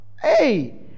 Hey